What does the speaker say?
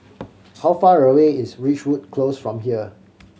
how far away is Ridgewood Close from here